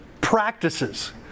practices